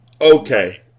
Okay